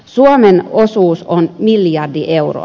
suomen osuus on miljardi euroa